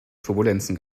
turbulenzen